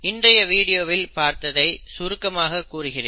இன்றைய வீடியோவில் பார்த்ததை சுருக்கமாக கூறுகிறேன்